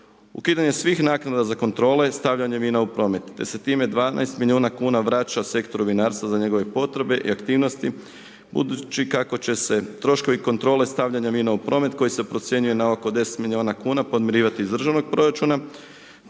ukidanje svih naknada za kontrole, stavljanje vina u promet te se time 12 milijuna kuna vraća sektoru vinarstva za njegove potrebe i aktivnosti budući kako će se troškovi kontrole stavljanja vina u promet koji se procjenjuje na oko 10 milijuna kuna podmirivati iz državnog proračuna